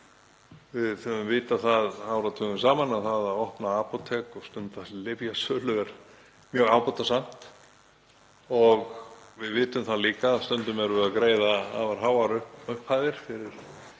Við höfum vitað það áratugum saman að það að opna apótek og stunda lyfjasölu er mjög ábatasamt og við vitum það líka að stundum erum við að greiða afar háar upphæðir fyrir